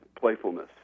playfulness